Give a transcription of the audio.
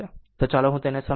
તો ચાલો હું તેને સમજાવું